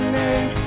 name